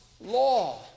law